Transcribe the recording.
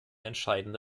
entscheidende